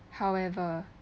however